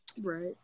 Right